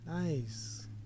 Nice